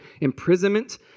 imprisonment